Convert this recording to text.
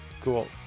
Cool